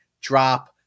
drop